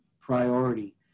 priority